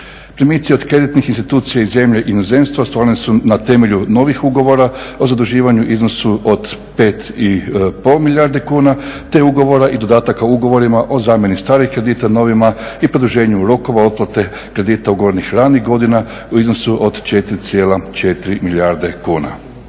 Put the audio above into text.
Primici od kreditnih iz zemlje i inozemstva ostvareni su na temelju novih ugovora o zaduživanju u iznosu od 5,5 milijardi kuna te ugovora i dodataka ugovorima o zamjeni starih kredita novima i produženju rokova otplate kredita ugovorenih ranijih godina u iznosu od 4,4 milijarde kuna.